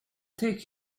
take